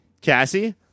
Cassie